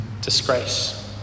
Disgrace